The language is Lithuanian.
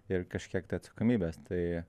ir kažkiek tai atsakomybės tai